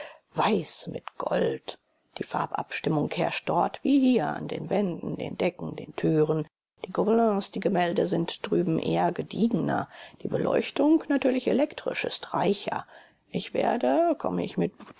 weiß mit gold die farbabstimmung herrscht dort wie hier an den wänden den decken den türen die gobelins die gemälde sind drüben eher gediegener die beleuchtung natürlich elektrisch ist reicher ich werde komme ich mit